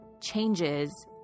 changes